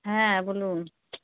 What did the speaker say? হ্যাঁ বলুন